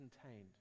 contained